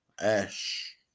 ash